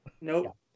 Nope